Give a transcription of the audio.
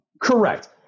correct